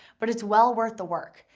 but it's well worth the work.